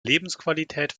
lebensqualität